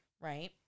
Right